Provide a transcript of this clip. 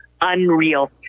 unreal